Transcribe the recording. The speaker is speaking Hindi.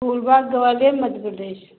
फूल बाग़ ग्वालियर मध्य प्रदेश